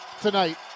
tonight